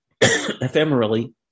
ephemerally